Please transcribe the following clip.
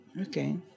okay